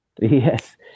Yes